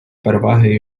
переваги